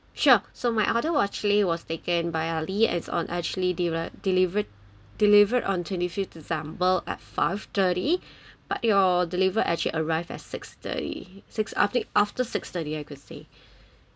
sure so my order actually was taken by alice is on actually deliv~ delivered delivered on twenty fifth resemble at five dirty but your deliver as she arrived at six thirty six after after six thirty I could say